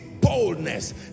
boldness